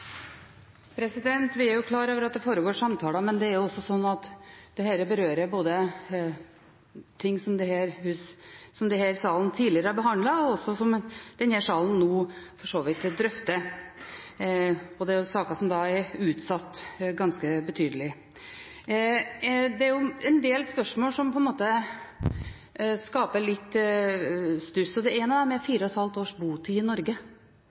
klar over at det foregår samtaler, men dette berører ting som denne salen tidligere har behandlet, og som den nå også for så vidt drøfter, og det er saker som er utsatt ganske betydelig. Det er en del spørsmål som skaper litt stuss. Det ene av dem er fire og et halvt års botid i Norge